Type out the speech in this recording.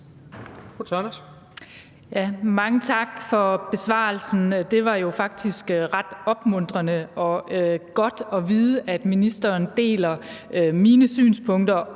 Mange tak for besvarelsen, og det var jo faktisk ret opmuntrende og godt at vide, at ministeren deler mine synspunkter